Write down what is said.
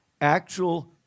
actual